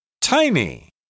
Tiny